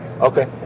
Okay